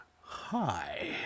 Hi